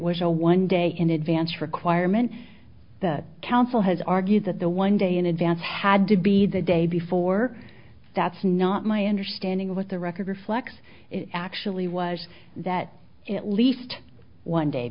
was a one day in advance requirement the council has argued that the one day in advance had to be the day before that's not my understanding of what the record reflects it actually was that at least one day